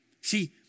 See